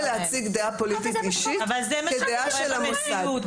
להציג דעה פוליטית אישית כדעה של המוסד,